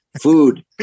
Food